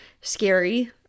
scary